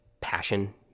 Passion